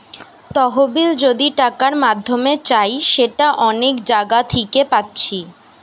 তহবিল যদি টাকার মাধ্যমে চাই সেটা অনেক জাগা থিকে পাচ্ছি